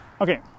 Okay